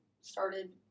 started